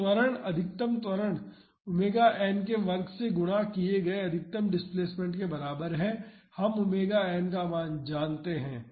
तो त्वरण अधिकतम त्वरण ⍵n के वर्ग से गुणा किए गए अधिकतम डिस्प्लेसमेंट के बराबर है हम ⍵n का मान जानते हैं